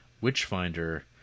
Witchfinder